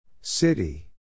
City